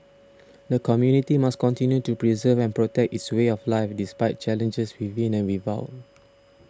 the community must continue to preserve and protect its way of life despite challenges within and without